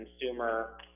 consumer